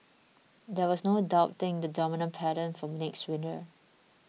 there was no doubting the dominant pattern for next winter